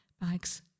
bags